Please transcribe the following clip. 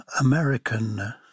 American